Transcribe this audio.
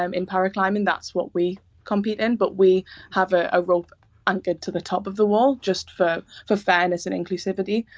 um in paraclimbing, that's what we compete in but we have a ah rope anchored to the top of the wall, just for for fairness and inclusivity.